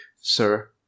sir